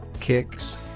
kicks